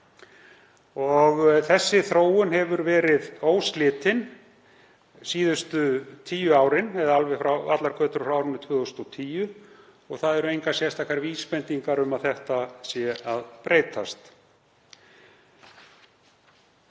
Þessi þróun hefur verið óslitin síðustu tíu árin, eða allar frá allar götur frá árinu 2010, og eru engar sérstakar vísbendingar um að það sé að breytast.